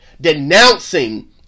denouncing